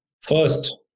First